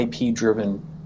IP-driven